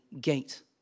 gate